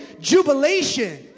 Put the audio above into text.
jubilation